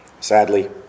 sadly